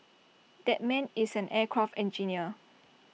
that man is an aircraft engineer